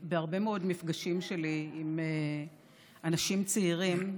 בהרבה מאוד מפגשים שלי עם אנשים צעירים,